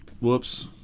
whoops